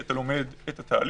כי אתה לומד את התהליך.